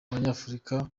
abanyafurika